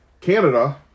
Canada